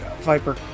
Viper